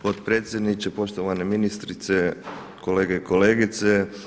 Potpredsjedniče, poštovane ministrice, kolege i kolegice.